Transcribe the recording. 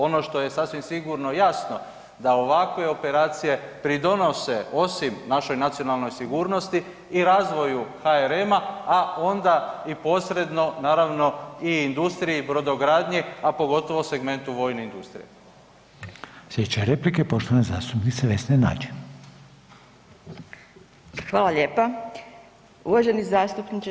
Ono što je sasvim sigurno jasno da ovakve operacije pridonose osim našoj nacionalnoj sigurnosti i razvoju HRM-a, a onda i posredno naravno i industriji, brodogradnji, a pogotovo segmentu vojne industrije.